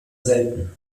selten